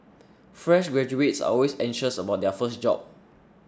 fresh graduates are always anxious about their first job